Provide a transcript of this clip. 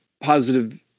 positive